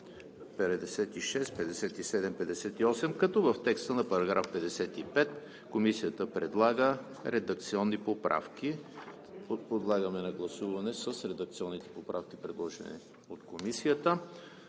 56, 57, 58, като в текста на § 55 Комисията предлага редакционни поправки – подлагам го на гласуване с редакционните поправки на Комисията;